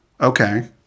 Okay